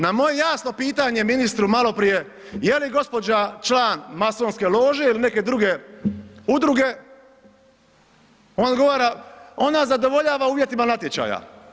Na moje jasno pitanje ministru maloprije jeli gospođa član masonske lože ili neke druge udruge, on odgovara, ona zadovoljava uvjetima natječaja.